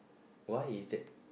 why is that